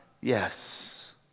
Yes